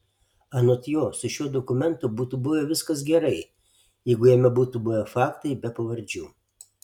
anot jo su šiuo dokumentu būtų buvę viskas gerai jeigu jame būtų buvę faktai be pavardžių